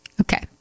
Okay